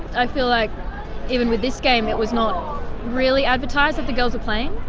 i feel like even with this game it was not really advertised that the girls were playing.